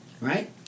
right